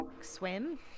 swim